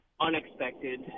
unexpected